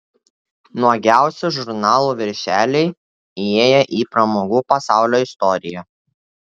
nuogiausi žurnalų viršeliai įėję į pramogų pasaulio istoriją